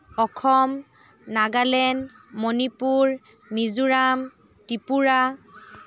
Assam Nagaland Manipur Mizoram Tripura